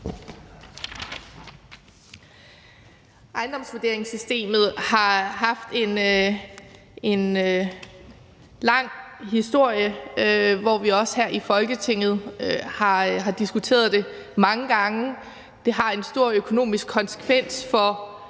Ejendomsvurderingssystemet har haft en lang historie, og vi har også her i Folketinget diskuteret det mange gange. Det har en stor økonomisk konsekvens for